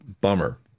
bummer